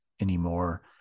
anymore